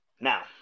Now